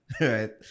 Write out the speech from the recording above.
right